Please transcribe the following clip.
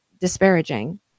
disparaging